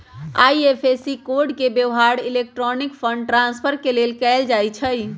IFSC code के व्यव्हार electronic fund transfer के लेल कएल जाइ छइ